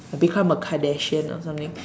I become a Kardashian or something